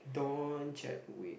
Don Chadwick